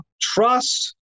trust